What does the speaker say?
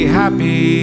happy